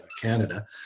Canada